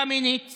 קמיניץ